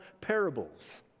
parables